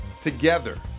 together